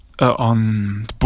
on